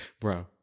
Bro